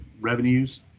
revenues